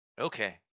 Okay